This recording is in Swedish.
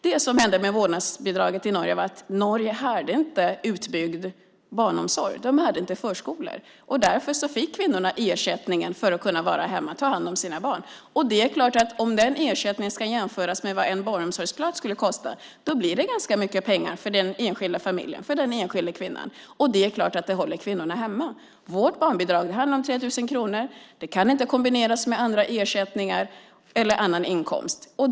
Det som hände med vårdnadsbidraget i Norge hade att göra med att Norge inte hade utbyggd barnomsorg. Man hade inte förskolor, och därför fick kvinnorna ersättning för att vara hemma och ta hand om sina barn. Om den ersättningen ska jämföras med vad en barnomsorgsplats kostar blir det ganska mycket pengar för den enskilda familjen och den enskilda kvinnan. Det är klart att det håller kvinnorna hemma. Vårt vårdnadsbidrag handlar om 3 000 kronor. Det kan inte kombineras med andra ersättningar eller annan inkomst.